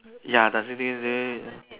ya does it